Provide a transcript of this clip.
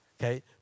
Okay